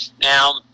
Now